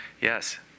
Yes